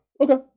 Okay